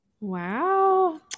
Wow